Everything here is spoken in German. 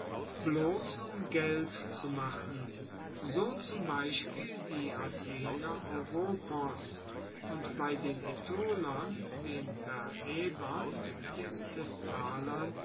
bloss um geld zu machen so zum beispiel die athener oropos und bei den aetolern den perrhaebern den